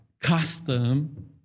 custom